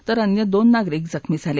तर अन्य दोन नागरिक जखनी झाले